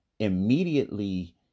immediately